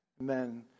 Amen